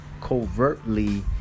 covertly